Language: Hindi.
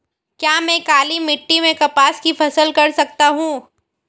क्या मैं काली मिट्टी में कपास की फसल कर सकता हूँ?